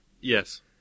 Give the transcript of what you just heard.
Yes